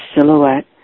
silhouette